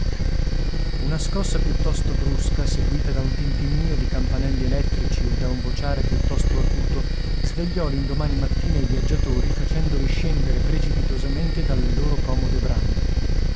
una scossa piuttosto brusca seguita da un tintinnio di campanelli elettrici e da un vociare piuttosto acuto svegliò l'indomani mattina i viaggiatori facendoli scendere precipitosamente dalle loro comode brande